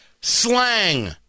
slang